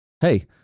hey